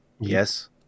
Yes